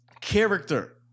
character